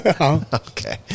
Okay